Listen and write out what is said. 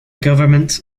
governments